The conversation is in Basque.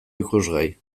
ikusgai